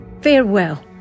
Farewell